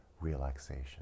relaxation